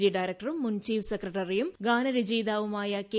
G ഡയറക്ടറും മുൻചീഫ് സെക്രട്ടറിയും ഗാനരചയിതാവുമായ കെ